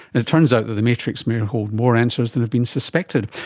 it turns out that the matrix may hold more answers than have been suspected.